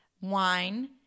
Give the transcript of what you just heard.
wine